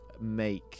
make